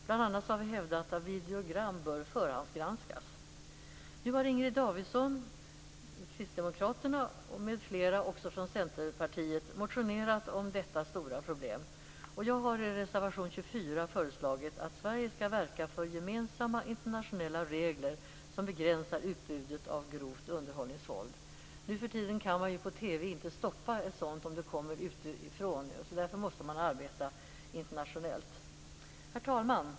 Bl.a. har vi hävdat att videogram bör förhandsgranskas. Nu har Inger Davidson från Kristdemokraterna och även ledamöter från Centerpartiet motionerat om detta stora problem. Jag har i reservation 24 föreslagit att Sverige skall verka för gemensamma internationella regler som begränsar utbudet av grovt underhållningsvåld. Nu för tiden kan man ju inte stoppa sådant på TV om det kommer från andra länder. Därför måste man arbeta internationellt. Herr talman!